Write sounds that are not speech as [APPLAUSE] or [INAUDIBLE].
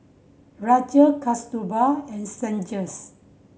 Rajesh Kasturba and Sanjeev [UNINTELLIGIBLE]